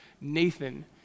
Nathan